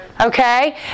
okay